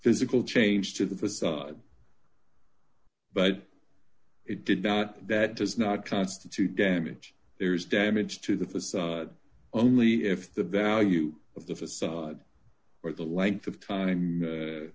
physical change to the facade but it did that that does not constitute damage there is damage to the facade only if the value of the facade or the length of time